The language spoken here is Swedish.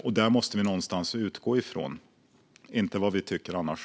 Detta måste vi utgå från, inte från vad vi tycker annars.